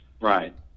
Right